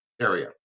area